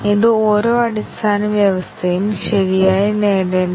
നമുക്ക് ഒരു ഉദാഹരണം നോക്കാം c 1 c 2 അല്ലെങ്കിൽ c 3